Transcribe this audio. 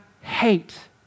hate